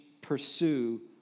pursue